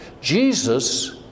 Jesus